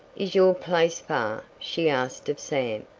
is your place far? she asked of sam,